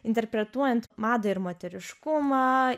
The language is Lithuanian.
interpretuojant madą ir moteriškumą